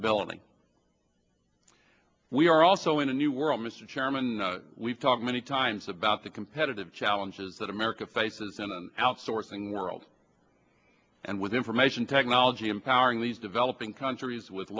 developing we are also in a new world mr chairman we've talked many times about the competitive challenges that america faces an outsourcing world and with information technology empowering these developing countries with